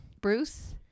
Bruce